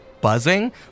buzzing